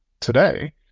today